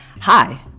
Hi